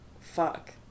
fuck